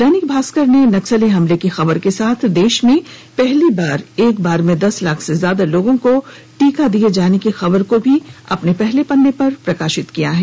दैनिक भास्कर ने भी नक्सली हमले की खबर के साथ ही देश में पहली बार एक बार में दस लाख से ज्यादा लोगों को टीका दिये जाने की खबर को भी पहले पन्ने प्रकाशित किया है